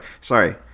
sorry